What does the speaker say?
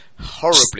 horribly